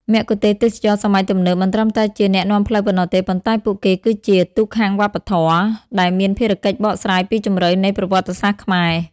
មគ្គុទ្ទេសក៍ទេសចរណ៍សម័យទំនើបមិនត្រឹមតែជាអ្នកនាំផ្លូវប៉ុណ្ណោះទេ ប៉ុន្តែពួកគេគឺជា "ទូតខាងវប្បធម៌" ដែលមានភារកិច្ចបកស្រាយពីជម្រៅនៃប្រវត្តិសាស្ត្រខ្មែរ។